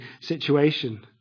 situation